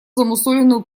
замусоленную